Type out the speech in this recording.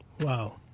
Wow